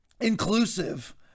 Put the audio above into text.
inclusive